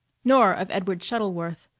nor of edward shuttleworth,